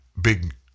big